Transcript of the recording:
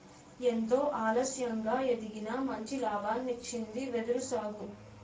ఎంతో ఆలస్యంగా ఎదిగినా మంచి లాభాల్నిచ్చింది వెదురు సాగు